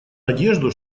надежду